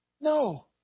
No